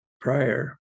prior